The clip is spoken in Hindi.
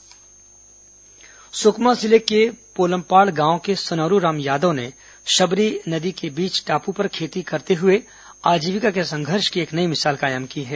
सुकमा ग्रामीण मिसाल सुकमा जिले के पोलमपाड़ गांव के सोनारू राम यादव ने शबरी नदी के बीच टापू पर खेती करते हुए आजीविका के संघर्ष की एक नई मिसाल कायम की है